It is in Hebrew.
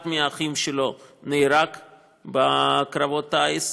אחד האחים שלו נהרג בקרבות טיס.